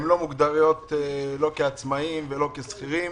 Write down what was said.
הם לא מוגדרים כעצמאיים או כשכירים.